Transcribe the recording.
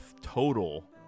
total